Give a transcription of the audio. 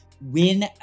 win